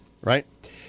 right